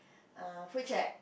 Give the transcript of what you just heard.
err food check